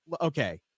okay